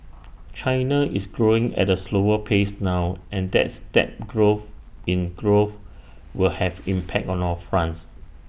China is growing at A slower pace now and that step growth in growth will have impact on all fronts